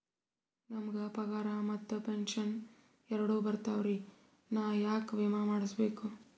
ನಮ್ ಗ ಪಗಾರ ಮತ್ತ ಪೆಂಶನ್ ಎರಡೂ ಬರ್ತಾವರಿ, ನಾ ಯಾಕ ವಿಮಾ ಮಾಡಸ್ಬೇಕ?